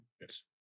Yes